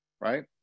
right